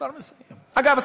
אגב,